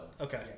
Okay